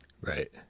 Right